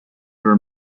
her